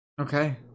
Okay